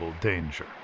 danger